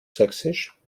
sächsisch